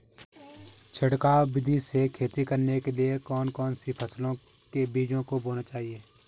छिड़काव विधि से खेती करने के लिए कौन कौन सी फसलों के बीजों को बोना चाहिए?